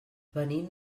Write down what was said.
venim